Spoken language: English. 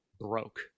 broke